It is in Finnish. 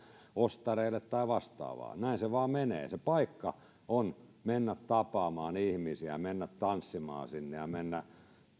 ostareille tai vastaavaan näin se vain menee se on paikka minne mennään tapaamaan ihmisiä mennään tanssimaan sinne ja mennään